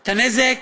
את הנזק